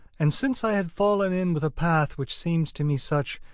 and since i had fallen in with a path which seems to me such,